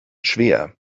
schwer